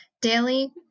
daily